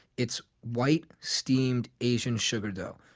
it's white steamed asian sugar dough.